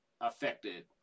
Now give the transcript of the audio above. affected